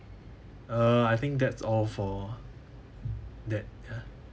uh I think that's all for that ya